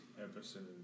episode